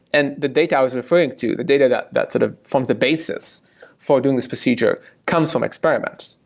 and the data i was referring to, the data that that sort of forms the basis for doing this procedure comes from experiments.